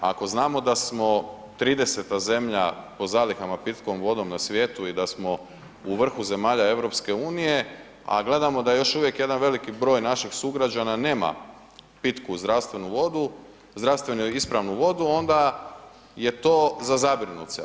Ako znamo da smo 30-ta zemlja po zalihama pitkom vodom na svijetu i da smo u vrhu zemalja EU, a gledamo da još uvijek jedan veliki broj naših sugrađana nema pitku zdravstvenu vodu, zdravstveno ispravu vodu, onda je to za zabrinut se.